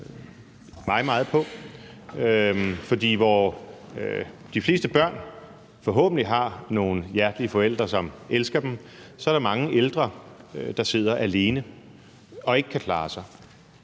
meget på, for hvor de fleste børn forhåbentlig har nogle hjertelige forældre, som elsker dem, så er der mange ældre, der sidder alene og ikke kan klare sig.